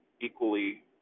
equally